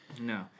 No